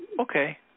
Okay